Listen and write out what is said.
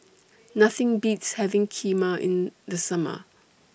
Nothing Beats having Kheema in The Summer